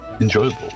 enjoyable